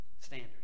standard